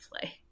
play